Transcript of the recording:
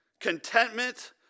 contentment